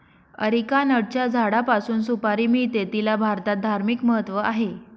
अरिकानटच्या झाडापासून सुपारी मिळते, तिला भारतात धार्मिक महत्त्व आहे